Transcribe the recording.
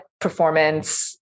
performance